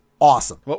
awesome